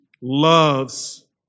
loves